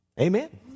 Amen